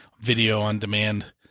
video-on-demand